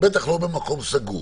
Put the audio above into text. בטח לא במקום סגור.